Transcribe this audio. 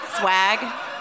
swag